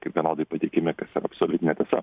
kaip vienodai patikimi kas yra absoliuti netiesa